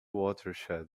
watershed